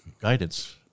guidance